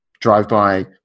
drive-by